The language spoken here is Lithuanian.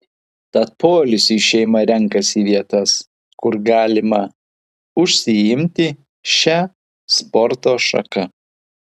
tad poilsiui šeima renkasi vietas kur galima užsiimti šia sporto šaka